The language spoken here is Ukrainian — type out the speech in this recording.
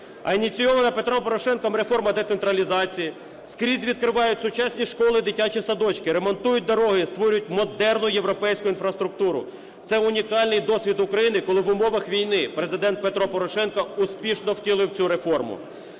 ініційована Петром Порошенком реформа децентралізації. Скрізь відкривають сучасні школи, дитячі садочки, ремонтують дороги, створюють модерну європейську інфраструктуру. Це унікальний досвід України, коли в умовах війни Президент Петро Порошенко успішно втілив цю реформу.